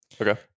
Okay